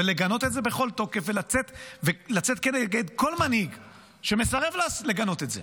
ולגנות את זה בכל תוקף ולצאת כנגד כל מנהיג שמסרב לגנות את זה.